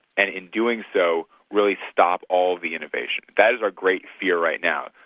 and in doing so, really stop all the innovation. that is a great fear right now,